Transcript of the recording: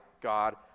God